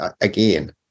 again